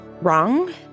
Wrong